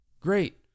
great